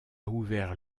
ouvert